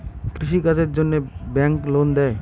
কৃষি কাজের জন্যে ব্যাংক লোন দেয়?